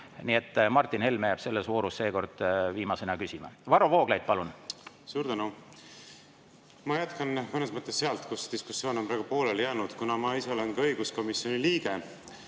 Nii et Martin Helme jääb selles voorus seekord viimasena küsima. Varro Vooglaid, palun! Suur tänu! Ma jätkan mõnes mõttes sealt, kus diskussioon on praegu pooleli jäänud. Kuna ma ise olen ka õiguskomisjoni liige,